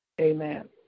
Amen